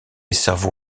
cerveau